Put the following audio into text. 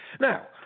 Now